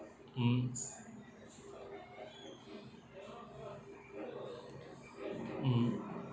mm mm